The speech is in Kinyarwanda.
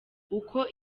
uko